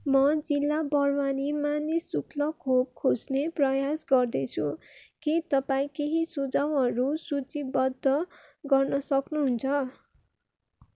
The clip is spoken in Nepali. म जिल्ला बडवानीमा नि शुल्क खोप खोज्ने प्रयास गर्दैछु के तपाईँँ केहि सुझाउहरू सूचीबद्ध गर्न सक्नुहुन्छ